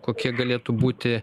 kokie galėtų būti